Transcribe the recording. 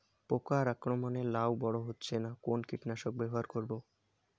পোকার আক্রমণ এ লাউ বড় হচ্ছে না কোন কীটনাশক ব্যবহার করব?